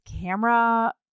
camera